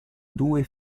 due